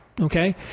okay